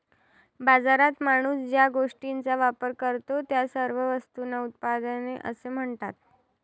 बाजारात माणूस ज्या गोष्टींचा वापर करतो, त्या सर्व वस्तूंना उत्पादने असे म्हणतात